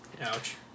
Ouch